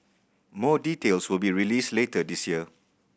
more details will be released later this year